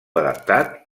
adaptat